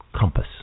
compass